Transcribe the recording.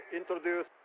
introduce